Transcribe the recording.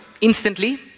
instantly